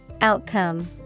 Outcome